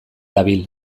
dabil